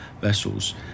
vessels